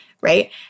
Right